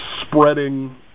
spreading